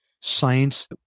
science